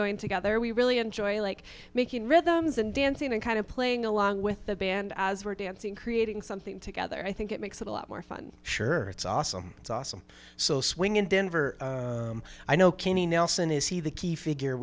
going together we really enjoy like making rhythms and dancing and kind of playing along with the band as we're dancing creating something together i think it makes it a lot more fun shirts awesome it's awesome so swing in denver i know kenny nelson is he the key figure